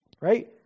Right